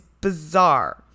bizarre